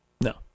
No